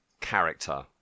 character